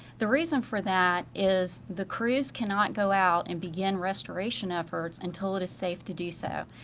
the reason for that is, the cruise cannot go out and begin restoration efforts until it is safe to do so.